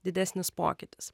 didesnis pokytis